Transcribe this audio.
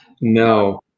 No